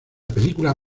película